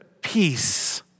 peace